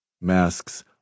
Masks